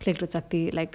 played with saktil like